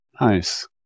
Nice